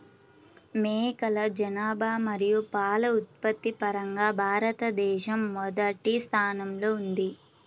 మేకల జనాభా మరియు పాల ఉత్పత్తి పరంగా భారతదేశం మొదటి స్థానంలో ఉంది